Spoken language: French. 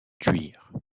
thuir